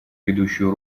ведущую